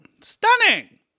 Stunning